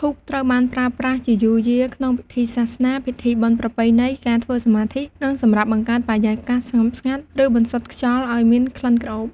ធូបត្រូវបានប្រើប្រាស់ជាយូរយារ ក្នុងពិធីសាសនា ពិធីបុណ្យប្រពៃណី ការធ្វើសមាធិ និងសម្រាប់បង្កើតបរិយាកាសស្ងប់ស្ងាត់ ឬបន្សុទ្ធខ្យល់ឱ្យមានក្លិនក្រអូប។